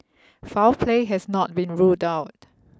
foul play has not been ruled out